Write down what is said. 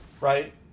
right